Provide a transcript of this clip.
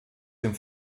dem